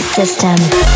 System